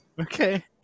Okay